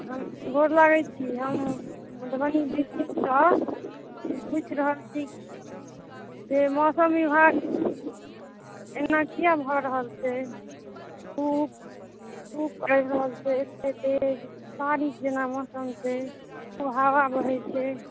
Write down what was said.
हम गोर लागै छी हम मधुबनी डिस्ट्रिक सॅं पुछि रहल छी जे मौसम विभाग एना किया भऽ रहल छै धुप धुप आबि रहल छै अते तेज बारिश जेना मौसम छै खूब हवा बहै छै